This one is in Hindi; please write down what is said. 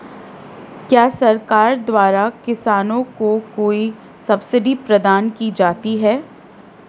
क्या सरकार द्वारा किसानों को कोई सब्सिडी प्रदान की जाती है?